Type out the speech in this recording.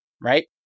Right